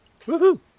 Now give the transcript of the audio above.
Woohoo